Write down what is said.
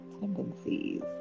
tendencies